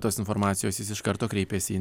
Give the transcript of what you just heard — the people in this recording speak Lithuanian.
tos informacijos jis iš karto kreipėsi į